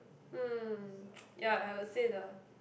um ya I would say the